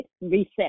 reset